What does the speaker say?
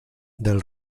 del